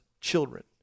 children